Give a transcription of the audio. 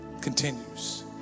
continues